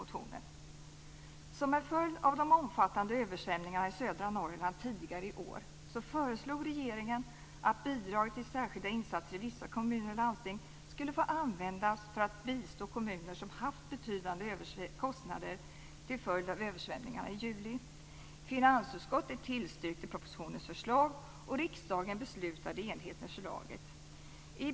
Som en följd av de omfattande översvämningarna i södra Norrland tidigare i år föreslog regeringen att bidraget till särskilda insatser i vissa kommuner och landsting skulle få användas för att bistå kommuner som haft betydande kostnader till följd av översvämningarna i juli. Finansutskottet tillstyrkte propositionens förslag, och riksdagen beslutade i enlighet med förslaget.